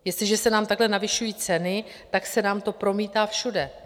Jestliže se nám takhle navyšují ceny, tak se nám to promítá všude.